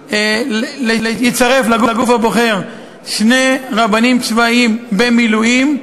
יצרף לגוף הבוחר שני רבנים צבאיים במילואים,